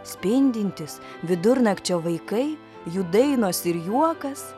spindintys vidurnakčio vaikai jų dainos ir juokas